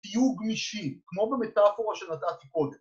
‫תהיו גמישים, כמו במטאפורה ‫שנתתי קודם.